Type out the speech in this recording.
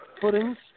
puddings